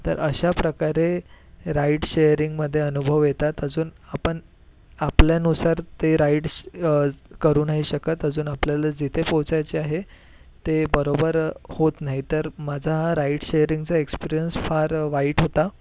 तर अशा प्रकारे राइड शेरिंग मध्ये अनुभव येतात अजून आपण आपल्यानुसार ते राइड्स करू नाही शकत अजून आपल्याला जिथे पोहचायचे आहे ते बरोबर होत नाही तर माझा हा राईड शेअरिंगचा एक्सपीरियन्स फार वाईट होता